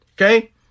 Okay